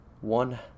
one